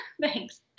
Thanks